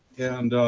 and